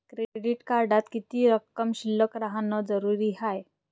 Credit कार्डात किती रक्कम शिल्लक राहानं जरुरी हाय?